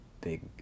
big